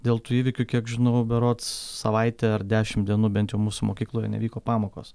dėl tų įvykių kiek žinau berods savaitę ar dešimt dienų bent jau mūsų mokykloje nevyko pamokos